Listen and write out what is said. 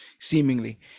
seemingly